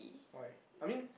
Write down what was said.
why I mean